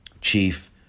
Chief